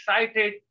excited